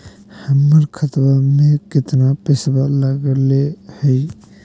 हमर खतवा में कितना पैसवा अगले हई?